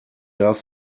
darf